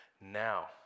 now